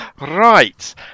Right